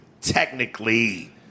technically